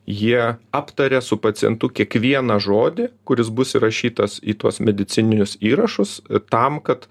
jie aptaria su pacientu kiekvieną žodį kuris bus įrašytas į tuos medicininius įrašus tam kad